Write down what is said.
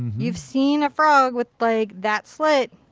you've seen a from with like that slit.